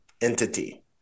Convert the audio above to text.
entity